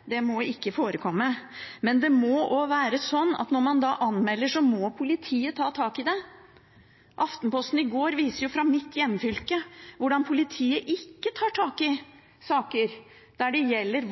i går hvordan politiet i mitt hjemfylke ikke tar tak i saker som gjelder